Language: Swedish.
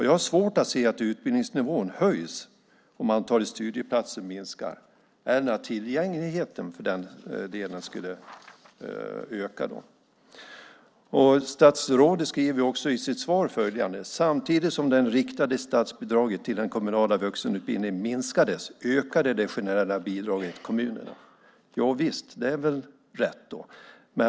Jag har svårt att se att utbildningsnivån höjs om antalet studieplatser minskar eller att tillgängligheten skulle öka. Statsrådet skriver i sitt svar: "Samtidigt som det riktade statsbidraget till den kommunala vuxenutbildningen minskades ökade det generella bidraget till kommunerna." Ja, det är väl rätt.